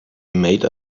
made